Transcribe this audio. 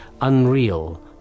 unreal